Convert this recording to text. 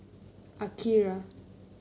Akira